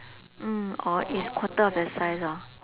mm or is quarter of your size hor